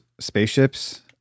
spaceships